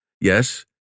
Yes